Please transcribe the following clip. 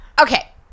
Okay